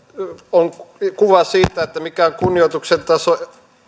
on kuva siitä mikä on kunnioituksen taso